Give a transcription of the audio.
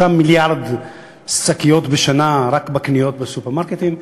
מיליארד שקיות בשנה רק בקניות בסופרמרקטים.